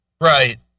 Right